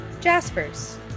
Jasper's